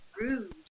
rude